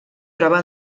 troba